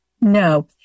no